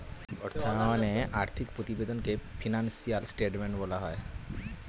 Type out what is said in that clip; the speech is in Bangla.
অর্থায়নে আর্থিক প্রতিবেদনকে ফিনান্সিয়াল স্টেটমেন্ট বলা হয়